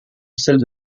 celles